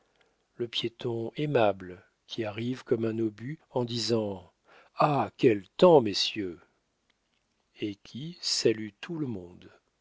le piéton aimable qui arrive comme un obus en disant ah quel temps messieurs et qui salue tout le monde